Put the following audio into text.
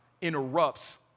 interrupts